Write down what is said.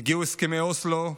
הגיעו הסכמי אוסלו,